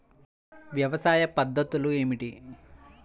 వ్యవసాయ పద్ధతులు ఏమిటి?